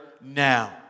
now